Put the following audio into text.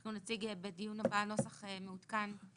אנחנו נציג בדיון הבא נוסח מעודכן,